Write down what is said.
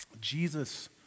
Jesus